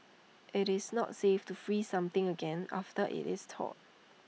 IT is not safe to freeze something again after IT is thawed